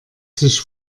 sich